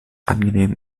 angenehm